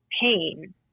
pain